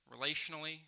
relationally